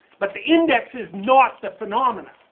but the index is not the phenomena.